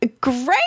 Great